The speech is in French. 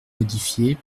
modifié